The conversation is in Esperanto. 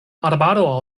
arbaro